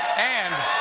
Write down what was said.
and